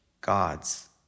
God's